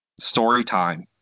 Storytime